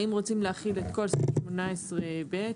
האם רוצים להחיל את כל סעיף 18(ב),